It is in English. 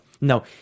No